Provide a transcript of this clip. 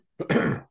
Okay